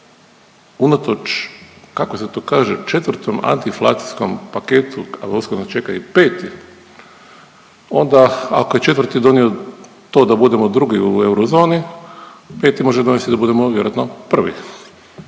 to kaže četvrtom antiinflacijskom paketu a uskoro nas čeka i peti onda ako je četvrti donio to da budemo drugi u eurozoni, peti može donesti da budemo vjerojatno prvi.